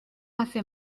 hace